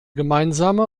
gemeinsame